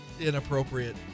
inappropriate